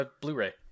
Blu-ray